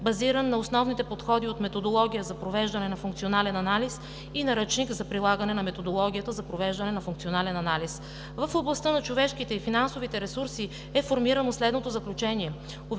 базиран на основните подходи от Методология за провеждане на функционален анализ и Наръчник за прилагане на методологията за провеждане на функционален анализ. В областта на човешките и финансовите ресурси е формирано следното заключение: